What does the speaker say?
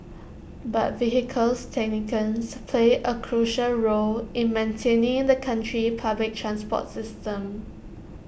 but vehicle technicians play A crucial role in maintaining the country's public transport system